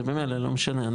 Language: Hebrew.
זה במלא לא משנה,